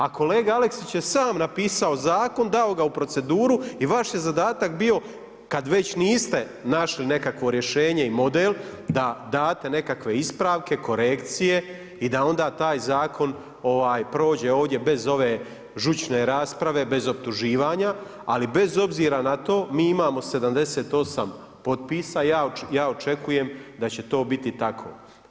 A kolega Aleksić je sam napisao zakon, dao ga u proceduru i vaš je zadatak bio kad već niste našli neko rješenje i model, da date nekakve ispravke, korekcije i da onda taj zakon prođe ovdje bez ove žučne rasprave, bez optuživanja, ali bez obzira na to mi imamo 78 potpisa i ja očekujem da će to biti tako.